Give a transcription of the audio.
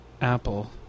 Apple